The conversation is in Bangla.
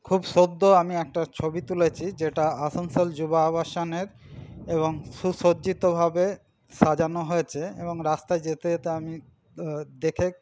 খুব সদ্য আমি একটা ছবি তুলেছি যেটা আসানসোল যুব আবাসনের এবং সুসজ্জিতভাবে সাজানো হয়েছে এবং রাস্তায় যেতে যেতে আমি দেখে